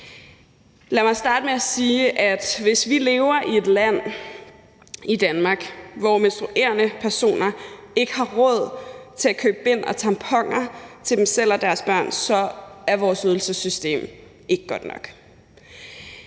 Lad mig starte med at sige, at hvis vi lever i et land, i Danmark, hvor menstruerende personer ikke har råd til at købe bind og tamponer til sig selv og deres børn, så er vores ydelsessystem ikke godt nok.